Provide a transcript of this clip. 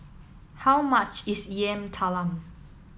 how much is Yam Talam